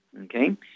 okay